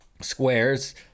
squares